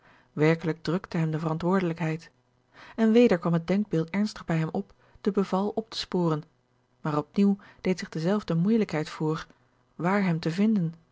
werkelijk drukte hem de verantwoordelijkheid en weder kwam het denkbeeld ernstig bij hem op de beval op te sporen maar op nieuw deed zich dezelfde moeijelijkheid voor waar hem te vinden